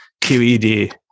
QED